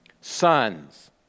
Sons